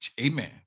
amen